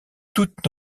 toute